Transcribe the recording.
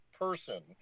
person